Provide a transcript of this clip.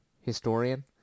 historian